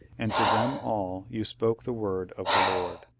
and to them all you spoke the word of the lord.